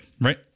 right